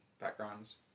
backgrounds